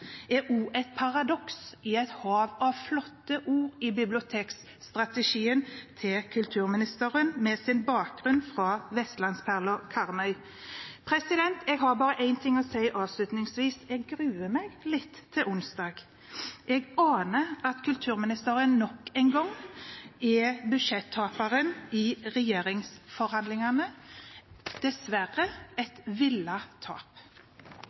et paradoks i et hav av flotte ord i bibliotekstrategien til kulturministeren med bakgrunn fra vestlandsperlen Karmøy. Jeg har bare én ting å si avslutningsvis: Jeg gruer meg litt til onsdag. Jeg aner at kulturministeren nok en gang er budsjettaperen i regjeringsforhandlingene – dessverre et villet tap.